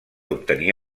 obtenir